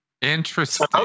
Interesting